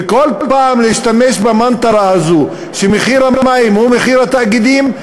וכל פעם להשתמש במנטרה הזאת שמחיר המים הוא מחיר התאגידים,